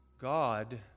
God